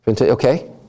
Okay